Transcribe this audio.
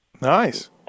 Nice